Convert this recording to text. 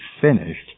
finished